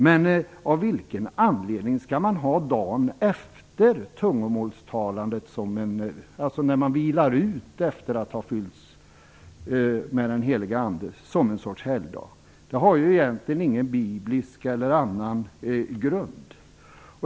Men av vilken anledning skall man ha dagen efter tungomålstalandet, då man vilar ut efter att ha fyllts av den helige ande, som en helgdag? Det har ju egentligen ingen biblisk grund.